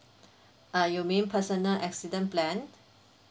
uh you mean personal accident plan